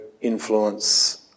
influence